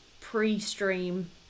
pre-stream